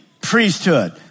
priesthood